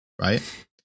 Right